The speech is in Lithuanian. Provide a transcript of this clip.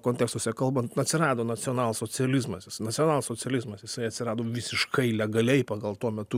kontekstuose kalbant atsirado nacionalsocializmas jis nacionalsocializmas jisai atsirado visiškai legaliai pagal tuo metu